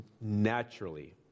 naturally